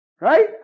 Right